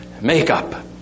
makeup